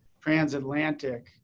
transatlantic